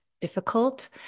difficult